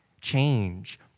change